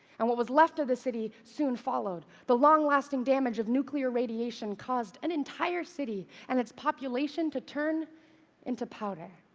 and what was left of the city soon followed. the long-lasting damage of nuclear radiation caused an entire city and its population to turn into powder.